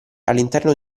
all’interno